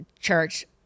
church